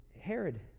Herod